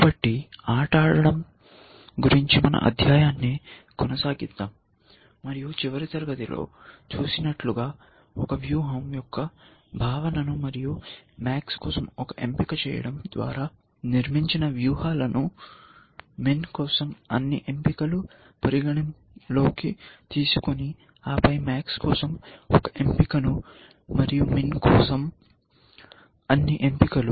కాబట్టి ఆట ఆడటం గురించి మన అధ్యయనాన్ని కొనసాగిద్దాం మరియు చివరి తరగతి లో చూసినట్లుగా ఒక వ్యూహం యొక్క భావనను మరియు MAX కోసం ఒక ఎంపిక చేయడం ద్వారా నిర్మించిన వ్యూహాలను MIN కోసం అన్ని ఎంపికలను పరిగణనలోకి తీసుకుని ఆపై MAX కోసం ఒక ఎంపికను మరియు MIN కోసం అన్ని ఎంపికలు